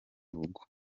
rugo